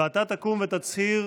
ואתה תקום ותצהיר: